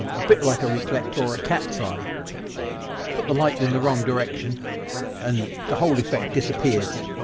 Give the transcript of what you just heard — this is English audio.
um a bit like a reflector or a cat's eye put the light in the wrong direction and the whole effect disappears.